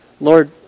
Lord